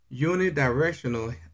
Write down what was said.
unidirectional